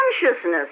consciousness